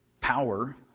power